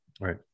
Right